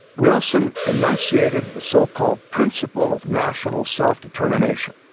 wilson enunciated the so-called principle of national self-determination,